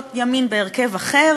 המתווה.